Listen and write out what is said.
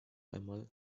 einmal